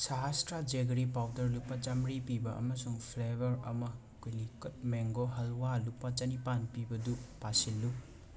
ꯁꯥꯍꯥꯁꯊ꯭ꯔ jaggery powder ꯂꯨꯄꯥ ꯆꯥꯝꯃꯔꯤ ꯄꯤꯕ ꯑꯃꯁꯨꯡ ꯐ꯭ꯂꯦꯕꯔ ꯑꯃ ꯀꯨꯂꯤꯀꯠ ꯃꯦꯡꯒꯣ ꯍꯜꯋꯥ ꯂꯨꯄꯥ ꯆꯅꯤꯄꯥꯟ ꯄꯤꯕꯗꯨ ꯄꯥꯁꯤꯜꯂꯨ